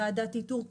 ועדת איתור.